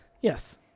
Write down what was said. Yes